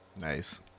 Nice